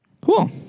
Cool